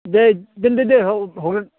दे दोन्दो दे औ हरगोन